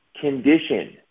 condition